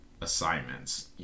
assignments